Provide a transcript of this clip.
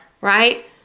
right